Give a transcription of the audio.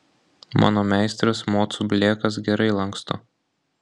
mano meistras mocų blėkas gerai lanksto